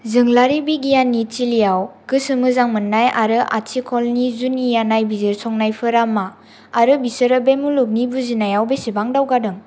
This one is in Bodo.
जोंलारि बिगियाननि थिलियाव गोसो मोजां मोननाय आरो आथिखालनि जुनिया नायबिजिरसंनायफोरा मा आरो बिसोरो बे मुलुगनि बुजिनायाव बेसेबां दावगादों